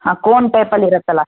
ಹಾಂ ಕೋನ್ ಟೈಪಲ್ಲಿ ಇರುತ್ತಲ್ಲ